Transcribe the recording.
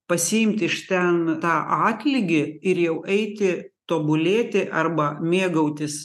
pasiimti iš ten tą atlygį ir jau eiti tobulėti arba mėgautis